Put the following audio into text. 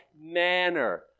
manner